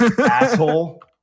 Asshole